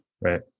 Right